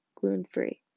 gluten-free